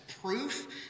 proof